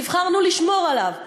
נבחרנו לשמור עליו,